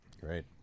Great